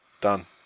Done